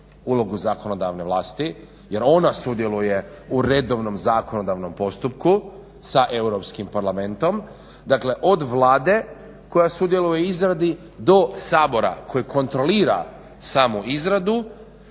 ulogu zakonodavne vlasti jer ona sudjeluje u redovnom zakonodavnom postupku sa Europskim parlamentom dakle od Vlade koja sudjeluje u izradi do Sabora koje kontrolira samu izradu